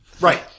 Right